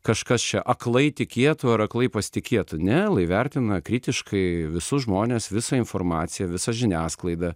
kažkas čia aklai tikėtų ar aklai pasitikėtų ne lai vertina kritiškai visus žmones visą informaciją visą žiniasklaidą